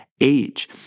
age